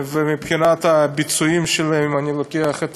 מבחינת הביצועים שלהם, אני לוקח את